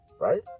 right